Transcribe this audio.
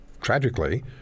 tragically